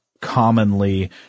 commonly